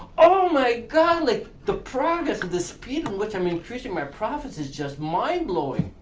oh my god, like the progress of this speed in which i'm increasing my profit is just mind blowing.